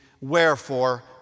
Wherefore